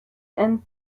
and